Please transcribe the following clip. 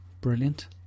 Brilliant